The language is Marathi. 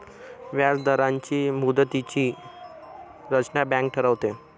व्याजदरांची मुदतीची रचना बँक ठरवते